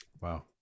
wow